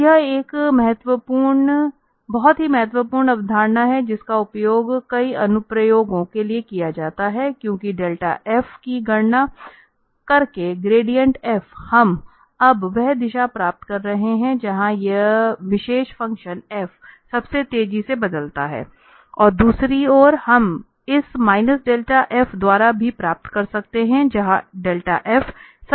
तो यह एक बहुत ही महत्वपूर्ण अवधारणा है जिसका उपयोग कई अनुप्रयोगों में किया जाता है क्योंकिडेल्टा f की गणना करकेग्रेडिएंट f हम अब वह दिशा प्राप्त कर रहे हैं जहां यह विशेष फ़ंक्शन f सबसे तेजी से बदलता है और दूसरी ओर हम इस माइनस डेल्टा f द्वारा भी प्राप्त कर सकते हैं जहां डेल्टा f सबसे तेजी से बदलता है